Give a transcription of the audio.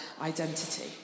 identity